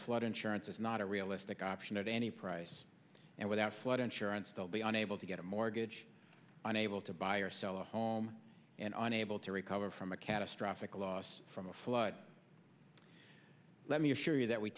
flood insurance is not a realistic option at any price and without flood insurance they'll be unable to get a mortgage on able to buy or sell a home and unable to recover from a catastrophic loss from a flood let me